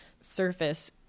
surface